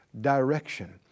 direction